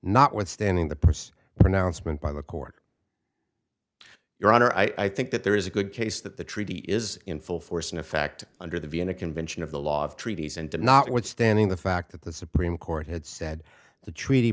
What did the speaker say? notwithstanding the purse pronouncement by the court your honor i think that there is a good case that the treaty is in full force in effect under the vienna convention of the law of treaties and did not withstanding the fact that the supreme court had said the treaty